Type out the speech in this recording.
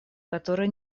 которое